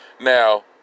Now